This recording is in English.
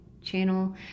channel